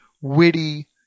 witty